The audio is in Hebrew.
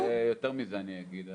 ויותר מזה אני אגיד,